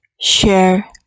share